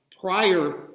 prior